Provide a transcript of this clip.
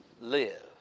live